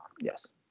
Yes